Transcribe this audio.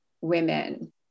women